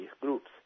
groups